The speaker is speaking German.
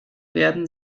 werden